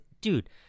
dude